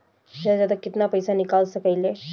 जादा से जादा कितना पैसा निकाल सकईले?